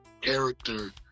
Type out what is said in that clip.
character